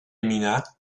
mina